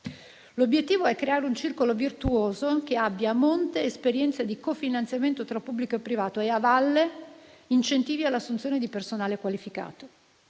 L'obiettivo è creare un circolo virtuoso che abbia, a monte, esperienze di cofinanziamento tra pubblico e privato e, a valle, incentivi all'assunzione di personale qualificato.